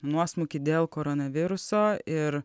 nuosmukį dėl koronaviruso ir